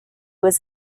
was